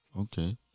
okay